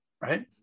right